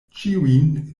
ĉiujn